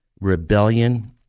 rebellion